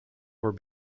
were